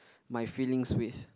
my feelings with